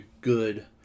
good